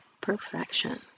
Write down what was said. perfection